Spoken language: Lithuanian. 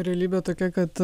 realybė tokia kad